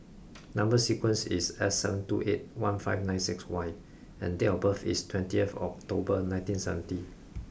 number sequence is S seven two eight one five six Y and date of birth is twentieth October nineteen seventy